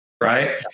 right